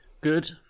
Good